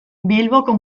bilboko